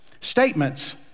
Statements